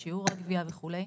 שיעור הגבייה וכולי,